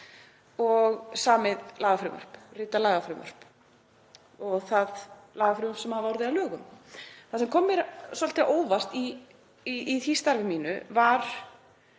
og samið og ritað lagafrumvörp og það lagafrumvörp sem hafa orðið að lögum. Það sem kom mér svolítið á óvart í því starfi mínu var